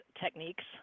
techniques